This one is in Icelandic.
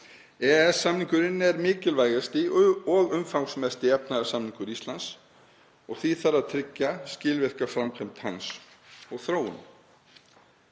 EES-samningurinn er mikilvægasti og umfangsmesti efnahagssamningur Íslands og því þarf að tryggja skilvirka framkvæmd hans og þróun.